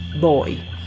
boy